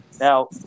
Now